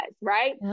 Right